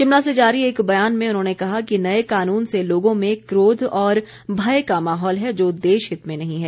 शिमला से जारी एक बयान में उन्होंने कहा कि नए कानून से लोगों में क्रोध और भय का माहौल है जो देशहित में नहीं है